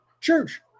Church